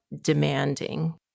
demanding